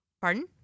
Pardon